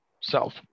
self